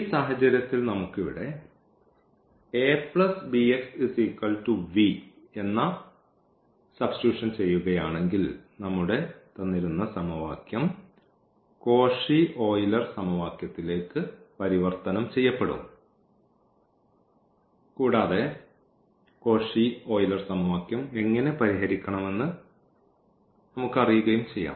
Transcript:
ഈ സാഹചര്യത്തിൽ നമുക്ക് ഇവിടെ എന്ന സബ്സ്റ്റിറ്റ്യൂട്ട് ചെയ്യുകയാണെങ്കിൽ നമ്മുടെ സമവാക്യം കോഷി ഓയിലർ സമവാക്യത്തിലേക്ക് പരിവർത്തനം ചെയ്യപ്പെടും കൂടാതെ കോഷി ഓയിലർ സമവാക്യം എങ്ങനെ പരിഹരിക്കണമെന്ന് നമ്മൾക്കറിയാം